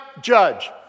judge